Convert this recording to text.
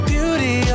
Beauty